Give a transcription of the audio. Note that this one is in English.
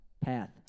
Path